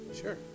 Sure